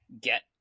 get